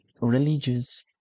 religious